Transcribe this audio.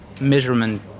measurement